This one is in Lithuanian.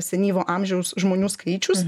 senyvo amžiaus žmonių skaičius